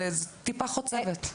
זאת טיפה חוצבת.